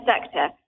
sector